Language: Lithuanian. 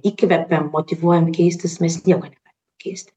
įkvepiam motyvuojam keistis mes nieko negalim pakeisti